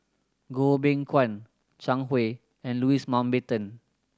Goh Beng Kwan Zhang Hui and Louis Mountbatten